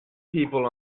people